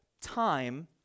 time